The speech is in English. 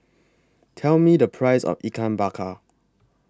Tell Me The Price of Ikan Bakar